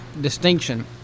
distinction